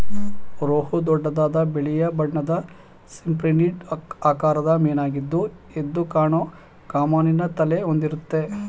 ರೋಹು ದೊಡ್ಡದಾದ ಬೆಳ್ಳಿಯ ಬಣ್ಣದ ಸಿಪ್ರಿನಿಡ್ ಆಕಾರದ ಮೀನಾಗಿದ್ದು ಎದ್ದುಕಾಣೋ ಕಮಾನಿನ ತಲೆ ಹೊಂದಿರುತ್ತೆ